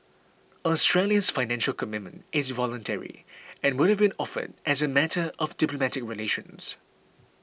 Australia's Financial Commitment is voluntary and would have been offered as a matter of diplomatic relations